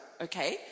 Okay